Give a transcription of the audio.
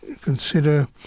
consider